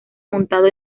montado